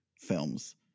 films